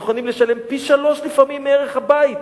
הם יכולים לשלם לפעמים פי-שלושה מערך הבית,